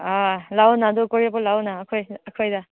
ꯑꯥ ꯂꯥꯛꯑꯣꯅ ꯑꯗꯣ ꯀꯣꯏꯔꯛꯄ ꯂꯥꯛꯑꯣꯅ ꯑꯩꯈꯣꯏ ꯑꯩꯈꯣꯏꯗ